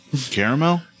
Caramel